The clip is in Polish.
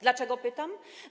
Dlaczego pytam?